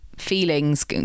feelings